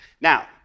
Now